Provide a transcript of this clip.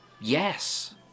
Yes